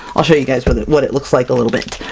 i'll show you guys what it what it looks like a little bit.